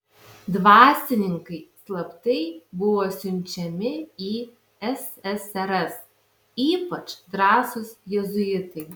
dvasininkai slaptai buvo siunčiami į ssrs ypač drąsūs jėzuitai